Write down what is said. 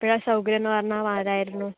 എപ്പോഴാ സൗകര്യം എന്നു പറഞ്ഞാൽ വരാമായിരുന്നു